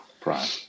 prime